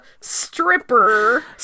Stripper